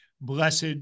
blessed